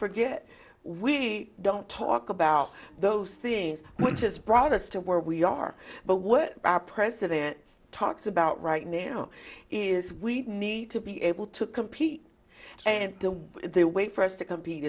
forget we don't talk about those things which has brought us to where we are but what our president talks about right now you know is we need to be able to compete and they wait for us to compete